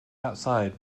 outside